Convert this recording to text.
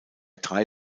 drei